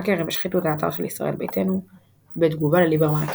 האקרים השחיתו את האתר של ישראל ביתנו "בתגובה לליברמן הקיצוני",